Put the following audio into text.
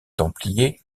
templiers